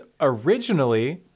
originally